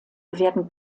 werden